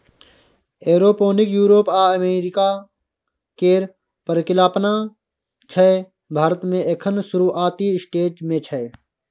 aeroponic Europe आ America केर परिकल्पना छै भारत मे एखन शुरूआती स्टेज मे छै